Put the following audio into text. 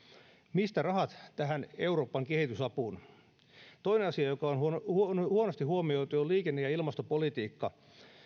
mistä rahat tähän euroopan kehitysapuun toinen asia joka on huonosti huomioitu on liikenne ja ilmastopolitiikka